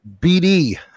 BD